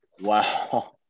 wow